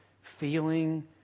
feeling